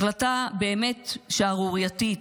החלטה באמת שערורייתית,